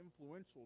influential